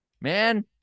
Man